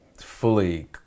fully